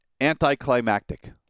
anticlimactic